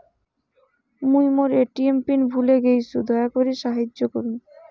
মুই মোর ATM PIN ভুলে গেইসু, দয়া করি সাহাইয্য করুন